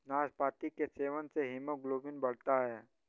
नाशपाती के सेवन से हीमोग्लोबिन बढ़ता है